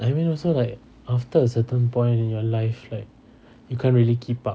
I mean also like after a certain point in your life like you can't really keep up